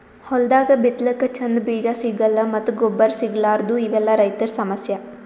ಹೊಲ್ದಾಗ ಬಿತ್ತಲಕ್ಕ್ ಚಂದ್ ಬೀಜಾ ಸಿಗಲ್ಲ್ ಮತ್ತ್ ಗೊಬ್ಬರ್ ಸಿಗಲಾರದೂ ಇವೆಲ್ಲಾ ರೈತರ್ ಸಮಸ್ಯಾ